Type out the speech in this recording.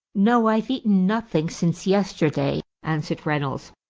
no, i've eaten nothing since yesterday, answered reynolds.